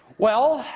well,